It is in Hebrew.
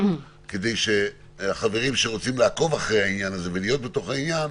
כדי שהחברים שרוצים לעקוב אחרי העניין הזה ולהיות בעניין,